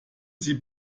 sie